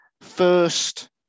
first